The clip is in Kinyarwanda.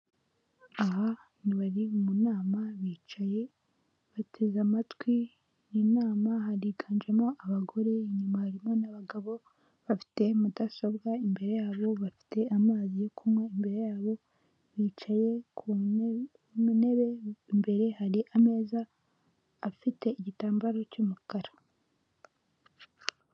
Igitanda kinini gikozwe mu mbaho gisizwe irangi ry'umutuku kiri ahantu bagurisha ibitanda bikoreshwa bijyana mu mazu yabantu.